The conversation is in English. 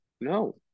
no